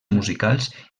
musicals